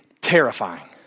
terrifying